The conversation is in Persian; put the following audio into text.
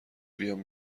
بیام